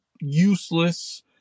useless